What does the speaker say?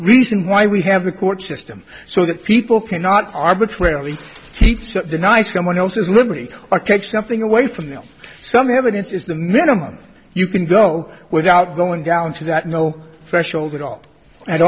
reason why we have the court system so that people cannot arbitrarily keep deny someone else's liberty or take something away from them some evidence is the minimum you can go without going down to that no threshold at all a